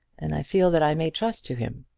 and i feel that i may trust to him.